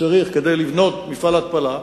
שאתה צריך כדי לבנות מפעל התפלה,